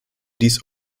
dies